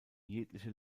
jegliche